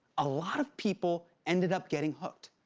a lot of people ended up getting hooked,